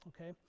okay